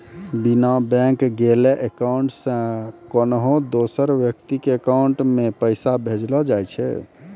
बिना बैंक गेलैं अकाउंट से कोन्हो दोसर व्यक्ति के अकाउंट मे पैसा भेजलो जाय छै